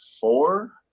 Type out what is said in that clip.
four